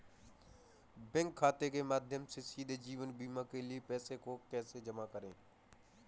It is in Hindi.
बैंक खाते के माध्यम से सीधे जीवन बीमा के लिए पैसे को कैसे जमा करें?